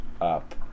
up